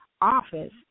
Office